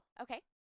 Okay